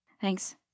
Thanks